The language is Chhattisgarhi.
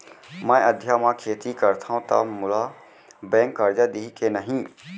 मैं अधिया म खेती करथंव त मोला बैंक करजा दिही के नही?